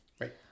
Right